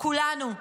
כולנו,